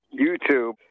YouTube